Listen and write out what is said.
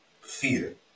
Fear